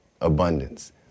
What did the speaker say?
abundance